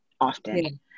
often